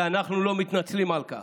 ואנחנו לא מתנצלים על כך.